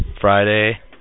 Friday